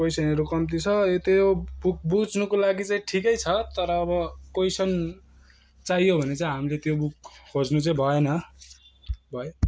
कोइसनहरू कम्ती छ अन्त यो बुक बुझ्नको लागि चाहिँ ठीकै छ तर अब कोइसन चाहियो भने चाहिँ हामीले त्यो बुक खोज्नु चाहिँ भएन भयो